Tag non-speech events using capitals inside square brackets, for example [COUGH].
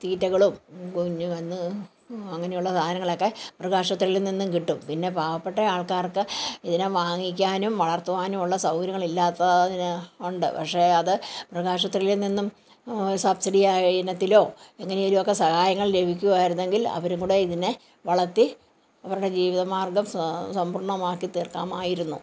തീറ്റകളും [UNINTELLIGIBLE] അങ്ങനെയുള്ള സാധനങ്ങളൊക്കെ മൃഗാശുപത്രിയിൽ നിന്നും കിട്ടും പിന്നെ പാവപ്പെട്ട ആൾക്കാർക്ക് ഇതിനെ വാങ്ങിക്കാനും വളർത്തുവാനുമുള്ള സൗകര്യങ്ങൾ ഇല്ലാത്തതിനാൽ ഉണ്ട് പക്ഷേ അത് മൃഗാശുപത്രിയിൽ നിന്നും സബ്സിഡിയായി ഇനത്തിലോ എങ്ങനെയെങ്കിലുമൊക്കെ സഹായങ്ങൾ ലഭിക്കുമായിരുന്നെങ്കിൽ അവരും കൂടി ഇതിനെ വളർത്തി അവരുടെ ജീവിതമാർഗ്ഗം സമ്പൂർണ്ണമാക്കി തീർക്കുമായിരുന്നു